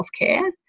healthcare